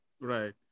Right